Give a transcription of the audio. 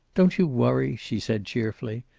don't you worry, she said cheerfully.